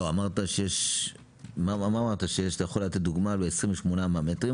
לא, אמרת שאתה יכול לתת דוגמה ל-28 מטרים.